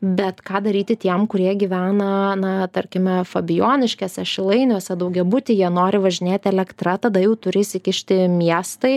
bet ką daryti tiem kurie gyvena na tarkime fabijoniškėse šilainiuose daugiabutyje nori važinėti elektra tada jau turi įsikišti miestai